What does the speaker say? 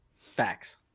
Facts